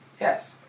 Yes